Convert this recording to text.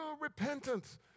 repentance